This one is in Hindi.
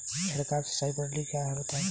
छिड़काव सिंचाई प्रणाली क्या है बताएँ?